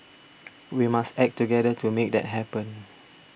we must act together to make that happen